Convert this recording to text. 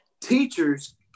teachers